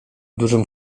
dużym